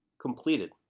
completed